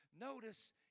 Notice